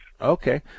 Okay